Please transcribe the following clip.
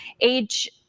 age